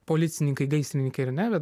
policininkai gaisrininkai ar ne